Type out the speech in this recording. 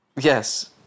Yes